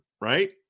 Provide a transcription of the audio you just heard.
right